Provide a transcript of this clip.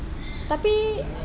tapi